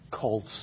called